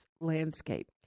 landscape